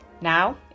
Now